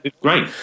great